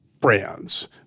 brands